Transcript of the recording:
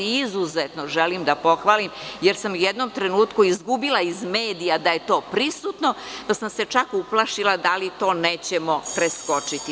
Izuzetno želim da pohvalim, jer sam u jednom trenutku izgubila iz medija da je to prisutno, pa sam se čak uplašila da li to nećemo preskočiti.